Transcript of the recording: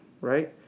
right